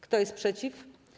Kto jest przeciw?